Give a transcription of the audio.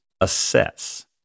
assess